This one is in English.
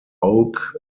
oak